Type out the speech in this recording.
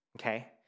okay